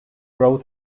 grow